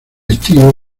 estío